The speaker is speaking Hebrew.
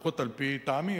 לפחות על-פי טעמי.